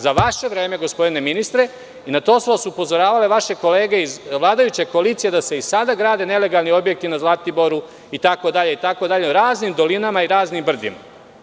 Za vaše vreme, gospodine ministre i na to su vas upozoravale vaše kolege iz vladajuće koalicije, da se i sada grade nelegalni objekti na Zlatiboru itd, raznim dolinama i raznim brdima.